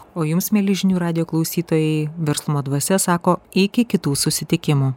o jums mieli žinių radijo klausytojai verslumo dvasia sako iki kitų susitikimų